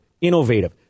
innovative